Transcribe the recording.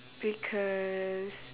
because